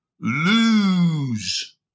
lose